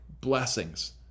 blessings